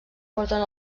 porten